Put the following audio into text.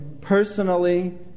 personally